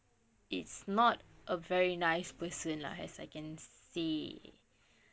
is not a very nice person lah as I can see